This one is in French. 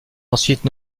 ensuite